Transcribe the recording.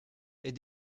est